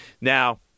Now